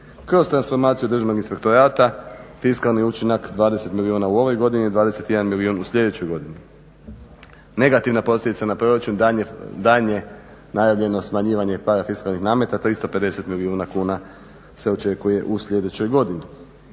Kroz transformaciju Državnog inspektorata fiskalni učinak 20 milijuna u ovoj godini, 21 milijun u sljedećoj godini. Negativna posljedica na proračun daljnje najavljeno smanjivanje parafiskalnih nameta 350 milijuna kuna se očekuje u sljedećoj godini.